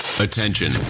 Attention